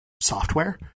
software